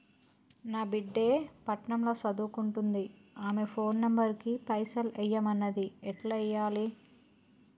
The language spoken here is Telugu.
నా బిడ్డే పట్నం ల సదువుకుంటుంది ఆమె ఫోన్ నంబర్ కి పైసల్ ఎయ్యమన్నది ఎట్ల ఎయ్యాలి?